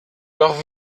doch